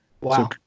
Wow